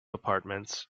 apartments